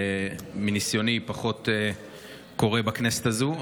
מניסיוני, זה פחות קורה בכנסת הזו.